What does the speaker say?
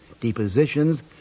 depositions